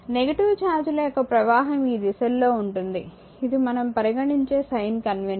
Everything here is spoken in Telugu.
నెగిటివ్ చార్జ్ ల యొక్క ప్రవాహం ఈ దిశల్లో ఉంటుంది ఇది మనం పరిగణించే సైన్ కన్వెన్షన్